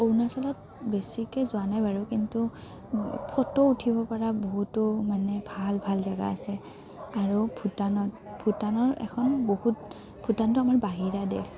অৰুণাচলত বেছিকৈ যোৱা নাই বাৰু কিন্তু ফটো উঠিব পৰা বহুতো মানে ভাল ভাল জেগা আছে আৰু ভূটানত ভূটানৰ এখন বহুত ভূটানটো আমাৰ বাহিৰা দেশ